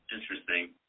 interesting